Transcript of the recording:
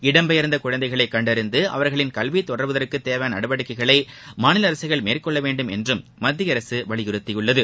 இடம்பெயர்ந்த குழந்தைகளை கண்டறிந்து அவர்களின் கல்வி தொடர்வதற்குத் தேவையான நடவடிக்கைகளை மாநில அரசுகள் மேற்கொள்ள வேண்டும் என்றம் மத்திய அரசு வலியுறுத்தியுள்ளது